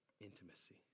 intimacy